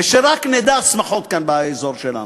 ושרק נדע שמחות כאן, באזור שלנו.